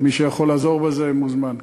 מי שיכול לעזור בזה מוזמן.